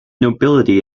nobility